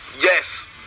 yes